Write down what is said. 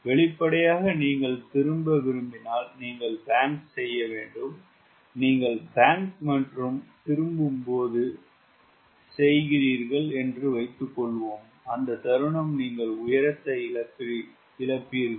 எனவே வெளிப்படையாக நீங்கள் திரும்ப விரும்பினால் நீங்கள் பேங்க் செய்ய வேண்டும் நீங்கள் பேங்க் மற்றும் திரும்பும்போது செய்கிறீர்கள் என்று வைத்துக்கொள்வோம் அந்த தருணம் நீங்கள் உயரத்தை இழப்பீர்கள்